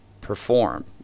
perform